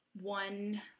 one